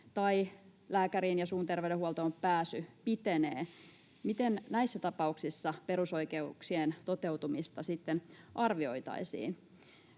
tai lääkäriin ja suun terveydenhuoltoon pääsy pitenee, miten näissä tapauksissa perusoikeuksien toteutumista sitten arvioitaisiin?